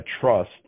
trust